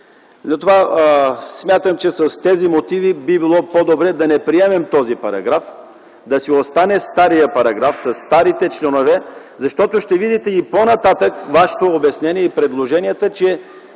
Затова смятам, че с тези мотиви би било по-добре да не приемем този параграф, да си остане старият параграф със старите членове. Ще видите и по-нататък вашето обяснение и предложенията, че